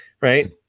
right